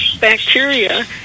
bacteria